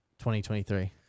2023